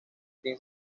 sin